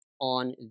on